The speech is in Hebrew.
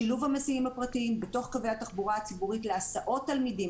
שילוב המסיעים הפרטיים בתוך קווי התחבורה הציבורית להסעות תלמידים